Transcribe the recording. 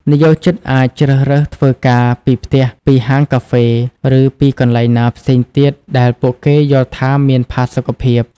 និយោជិតអាចជ្រើសរើសធ្វើការពីផ្ទះ ពីហាងកាហ្វេ ឬពីកន្លែងណាផ្សេងទៀតដែលពួកគេយល់ថាមានផាសុកភាព។